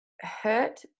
hurt